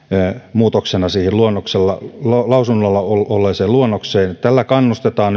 muutoksena siihen lausunnolla olleeseen luonnokseen tällä kannustetaan